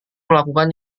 melakukan